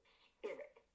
spirit